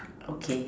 okay